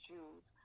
Jews